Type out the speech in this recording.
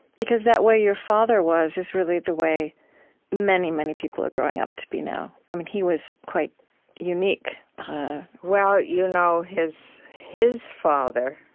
because that way your father was is really the way many, many people are growing up to be now. i mean he was quite unique well, you know his his father,